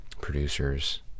producers